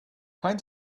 find